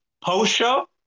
Post-show